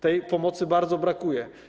Tej pomocy bardzo brakuje.